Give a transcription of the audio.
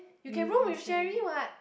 you with Cherry